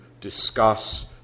discuss